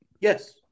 Yes